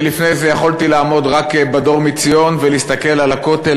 ולפני זה יכולתי לעמוד רק ב"דורמיציון" ולהסתכל על הכותל,